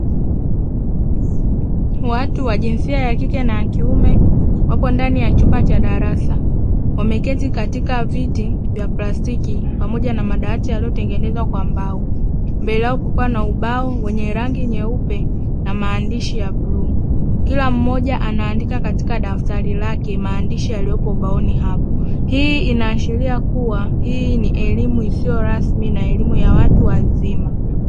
Watu wa jinsia ya kike na ya kiume wapo ndani ya chumba cha darasa, wameketi katika viti vya plastiki pamoja na madawati yaliyotengenezwa kwa mbao, mbele yao kukiwa na ubao wenye rangi nyeupe na maandishi ya bluu, kila mmoja anaandika katika dafari lake, maandishi yaliyopo ubaoni hapo, hii inaashiria kuwa hii ni elimu isiyo rasmi na elimu ya watu wazima.